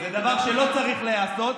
זה דבר שלא צריך להיעשות,